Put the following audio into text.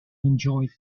enjoyed